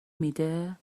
میده